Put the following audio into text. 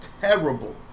terrible